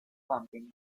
camping